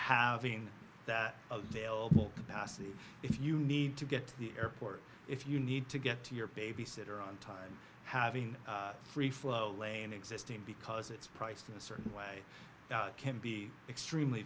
having that sale passive if you need to get to the airport if you need to get to your babysitter on time having free flow lane existing because it's priced in a certain way can be extremely